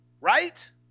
right